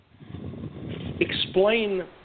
Explain